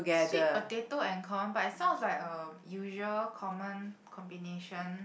sweet potato and common bites sounds like a usual common combination